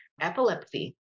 Epilepsy